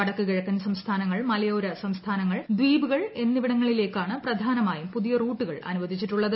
വടക്കു കിഴക്കൻ സംസ്ഥാനങ്ങൾ മലയോര സംസ്ഥാനങ്ങൾ ദീപുകൾ എന്നിവിടങ്ങളിലേക്കാണ് പ്രധാനമായും പുതിയ റൂട്ടുകൾ അനുവദിച്ചിട്ടുള്ളത്